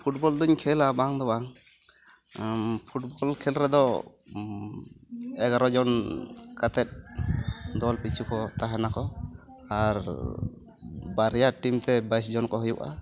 football ᱫᱚᱧ ᱠᱷᱮᱞᱟ ᱵᱟᱝ ᱫᱚ ᱵᱟᱝ ᱯᱷᱩᱴᱵᱚᱞ ᱠᱷᱮᱞ ᱨᱮᱫᱚ ᱮᱜᱟᱨᱚ ᱡᱚᱱ ᱠᱟᱛᱮᱫ ᱫᱚ ᱞᱯᱤᱪᱷᱩ ᱠᱚ ᱛᱟᱦᱮᱸ ᱱᱟᱠᱚ ᱟᱨ ᱵᱟᱨᱭᱟ ᱴᱤᱢ ᱛᱮ ᱵᱟᱭᱤᱥ ᱡᱚᱱ ᱠᱚ ᱦᱩᱭᱩᱜᱼᱟ